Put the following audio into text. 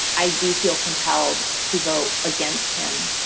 i do feel compelled to vote against him,